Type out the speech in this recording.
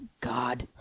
god